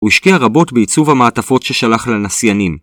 הוא השקיע רבות בעיצוב המעטפות ששלח לנסיינים.